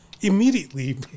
immediately